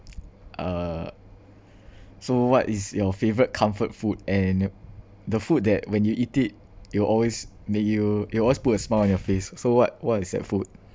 uh so what is your favourite comfort food and the food that when you eat it it will always make you it will always put a smile on your face so what what is that food